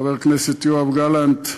חבר הכנסת יואב גלנט,